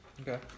Okay